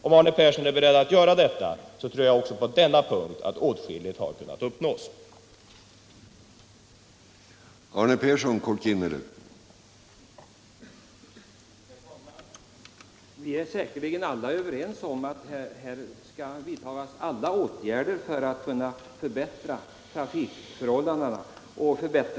Om Arne Persson är beredd att göra det, tror jag att åtskilligt har kunnat uppnås även på denna punkt.